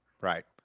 Right